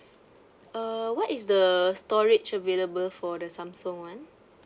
uh what is the storage available for the samsung [one]